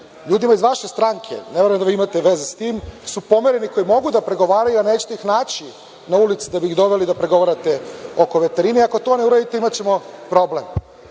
ljudima iz vaše stranke, ne verujem da imate veze sa tim, su pomerili, koji mogu da pregovaraju, a nećete ih naći na ulici da bih doveli da pregovarate oko veterine. Ako to ne uradite imaćemo problem.I